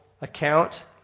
account